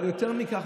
אבל יותר מכך,